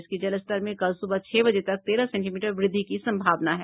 इसके जलस्तर में कल सुबह छह बजे तक तेरह सेंटीमीटर वृद्धि की संभावना है